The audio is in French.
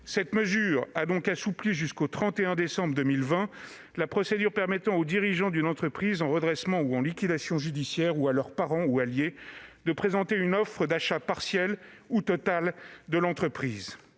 Cette mesure a donc assoupli, jusqu'au 31 décembre 2020, la procédure permettant aux dirigeants d'une entreprise en redressement ou en liquidation judiciaire, ou à leurs parents ou alliés, de présenter une offre d'achat partiel ou total de l'entreprise.